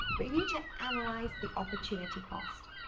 but you need to analyze the opportunity cost.